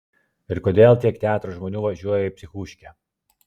ir kodėl tiek teatro žmonių važiuoja į psichuškę